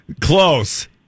Close